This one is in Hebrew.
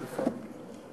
"לכאורה".